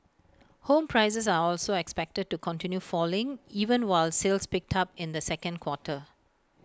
home prices are also expected to continue falling even while sales picked up in the second quarter